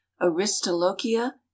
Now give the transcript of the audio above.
aristolochia